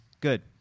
Good